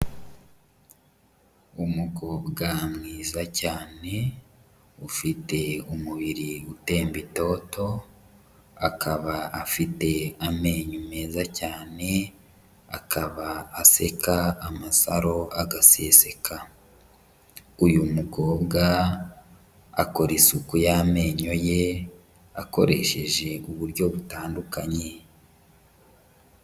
Umukobwa mwiza cyane, ufite umubiri utemba itoto, akaba afite amenyo meza cyane, akaba aseka amasaro agaseseka, uyu mukobwa akora isuku y'amenyo ye, akoresheje uburyo butandukanye.